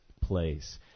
place